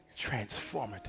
transformative